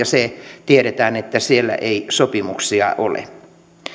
nollatyösopimusten ongelmat ja tiedetään että siellä ei sopimuksia ole